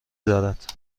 دارد